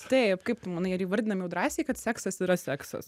taip kaip tu manai ar įvardinam jau drąsiai kad seksas yra seksas